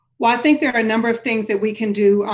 well i think there are a number of things that we can do.